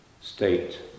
state